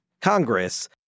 Congress